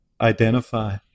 identify